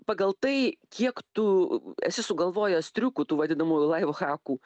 pagal tai kiek tu esi sugalvojęs triukų tų vadinamųjų laiv hakų